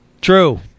True